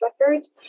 records